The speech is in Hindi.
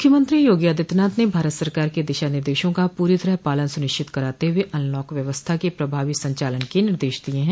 मुख्यमंत्री योगी आदित्यनाथ ने भारत सरकार के दिशा निर्देशों का पूरी तरह पालन सुनिश्चित कराते हुए अनलॉक व्यवस्था के प्रभावी संचालन के निर्देश दिए हैं